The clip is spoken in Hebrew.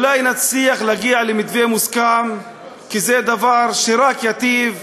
אולי נצליח להגיע למתווה מוסכם כי זה דבר שרק ייטיב